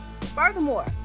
furthermore